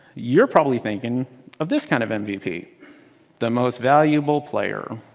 you're probably thinking of this kind of mvp the most valuable player.